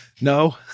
No